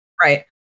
right